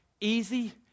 easy